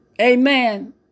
Amen